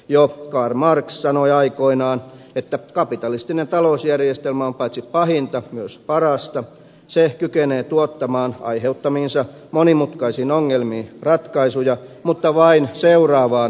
jo karl marx sanoi aikoinaan että kapitalistinen talousjärjestelmä on paitsi pahinta myös parasta se kykenee tuottamaan aiheuttamiinsa monimutkaisiin ongelmiin ratkaisuja mutta vain seuraavaan rysäykseen asti